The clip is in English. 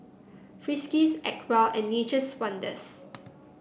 Friskies Acwell and Nature's Wonders